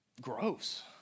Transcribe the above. Gross